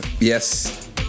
Yes